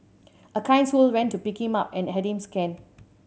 a kind soul went to pick him up and had him scanned